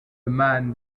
man